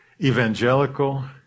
evangelical